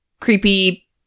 creepy